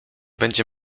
będzie